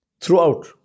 Throughout